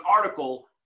article